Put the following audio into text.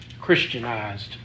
Christianized